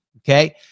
Okay